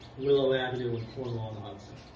willow avenue and cornwall on the hudson.